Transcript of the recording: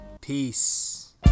Peace